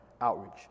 outreach